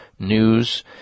News